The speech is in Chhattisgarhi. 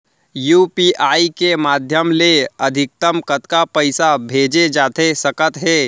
यू.पी.आई के माधयम ले अधिकतम कतका पइसा भेजे जाथे सकत हे?